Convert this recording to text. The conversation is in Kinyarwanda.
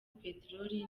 peteroli